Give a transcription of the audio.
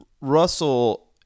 Russell